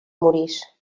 morís